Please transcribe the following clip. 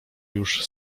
już